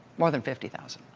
more than fifty thousand.